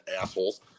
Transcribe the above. assholes